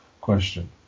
question